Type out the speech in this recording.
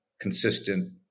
consistent